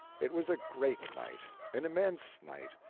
it was a great night, an immense night.